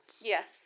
Yes